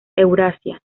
eurasia